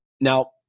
Now